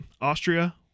Austria